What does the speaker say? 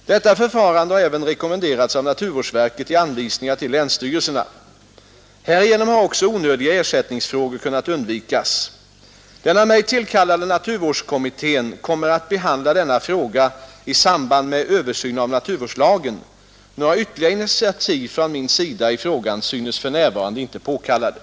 Detta förfarande har även rekommenderats av naturvårdsverket i anvisningar till länsstyrelserna. Härigenom har också onödiga ersättningsfrågor kunnat undvikas. Den av mig tillkallade naturvårdskommittén kommer att behandla denna fråga i samband med översyn av naturvårdslagen. Några ytterligare initiativ från min sida i frågan synes för närvarande inte påkallade.